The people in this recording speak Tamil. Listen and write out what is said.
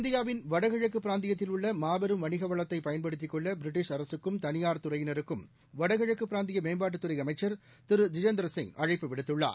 இந்தியாவின் வடகிழக்கு பிராந்தியத்தில் உள்ள மாபெரும் வணிக வளத்தை பயன்படுத்திக் கொள்ள பிரிட்டிஷ் அரசுக்கும் தனியார் துறையினருக்கும் வடகிழக்கு பிராந்திய மேம்பாட்டுத்துறை அமைச்சர் திரு ஜிதேந்திரசிங் அழைப்பு விடுத்துள்ளார்